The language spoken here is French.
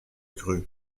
grue